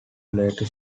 late